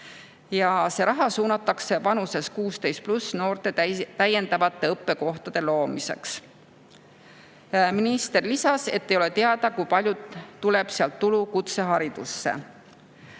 See raha suunatakse vanuses 16+ noorte täiendavate õppekohtade loomiseks. Minister lisas, et ei ole teada, kui palju tuleb sealt tulu kutseharidusse.